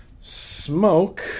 Smoke